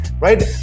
right